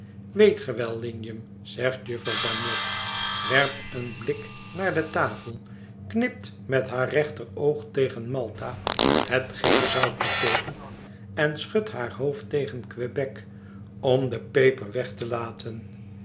weet ge wel lignum zegt jufvrouw bagnet werpt een blik naar de tafel knipt met haar rechteroog tegen malta hetgeen zout beteekent en schudt haar hoofd tegen quebec om de peper weg te laten